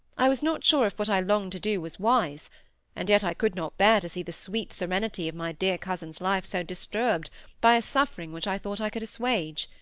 i was not sure if what i longed to do was wise and yet i could not bear to see the sweet serenity of my dear cousin's life so disturbed by a suffering which i thought i could assuage.